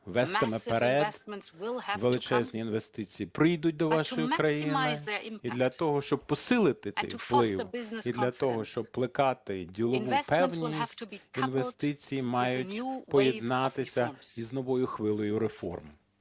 вестиме вперед, величезні інвестиції прийдуть до вашої країни. І для того, щоб посилити цей вплив і для того, щоб плекати ділову впевненість, інвестиції мають поєднатися із новою хвилею реформ.